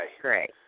great